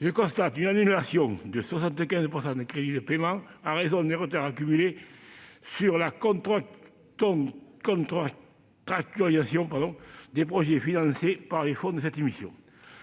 Je constate une annulation de 75 % des crédits de paiement en raison des retards accumulés sur la contractualisation des projets financés par les fonds de cette mission.